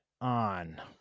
on